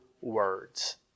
words